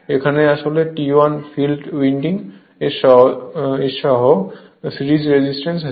এখানে আসলে T1 field winding সহ সিরিজ রেজিস্ট্যান্স আছে